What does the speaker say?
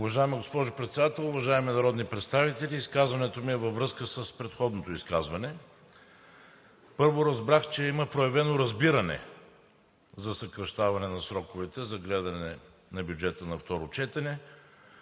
Уважаема госпожо Председател, уважаеми народни представители! Изказването ми е във връзка с предходното изказване. Първо, разбрах, че има проявено разбиране за съкращаване на сроковете за гледане на бюджета на второ четене.